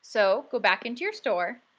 so, go back into your store,